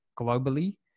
globally